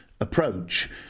approach